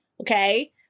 okay